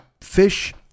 fish